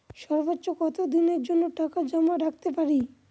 সর্বোচ্চ কত দিনের জন্য টাকা জমা রাখতে পারি?